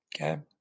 okay